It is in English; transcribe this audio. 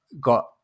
got